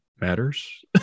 matters